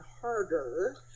harder